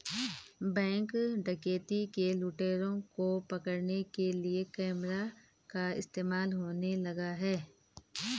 Bank डकैती के लुटेरों को पकड़ने के लिए कैमरा का इस्तेमाल होने लगा है?